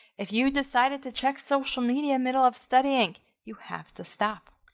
if you decided to check social media, middle of studying, you have to stop,